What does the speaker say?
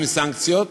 עם סנקציות,